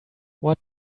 what